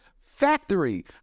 Factory